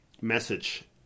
message